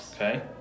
Okay